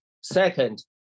Second